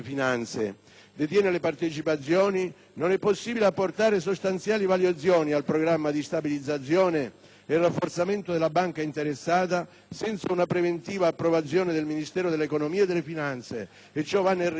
detiene le partecipazioni non è possibile apportare sostanziali variazioni al programma di stabilizzazione e rafforzamento della banca interessata, senza una preventiva approvazione del Ministero dell'economia e delle finanze. Ciò va nel rispetto